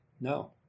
No